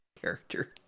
character